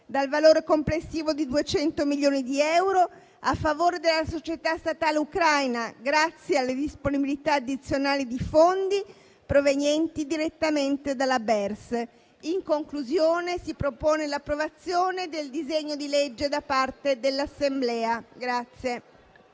dal valore complessivo di 200 milioni di euro, a favore della società statale ucraina grazie alle disponibilità addizionali di fondi provenienti direttamente dalla BERS. In conclusione, si propone l'approvazione del disegno di legge da parte dell'Assemblea.